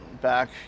back